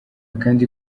kandi